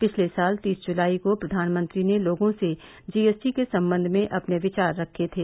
पिछले साल तीस जूलाई को प्रघानमंत्री ने लोगों से जीएसटी के संबंध में अपने विचार रखे थे